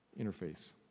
interface